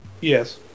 Yes